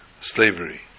slavery